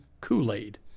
Kool-Aid